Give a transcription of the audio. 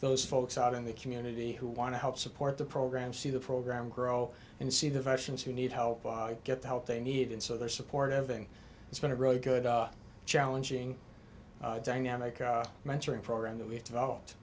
those folks out in the community who want to help support the program see the program grow and see that actions who need help get the help they need and so they're supportive and it's been a really good challenging dynamic mentoring program that we've developed